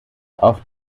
auf